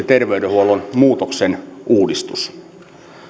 terveydenhuollon muutoksen uudistus